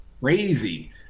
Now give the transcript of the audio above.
crazy